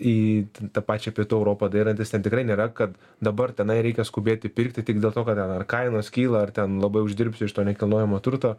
į tą pačią pietų europą dairantis ten tikrai nėra kad dabar tenai reikia skubėti pirkti tik dėl to kad ten ar kainos kyla ar ten labai uždirbsiu iš to nekilnojamo turto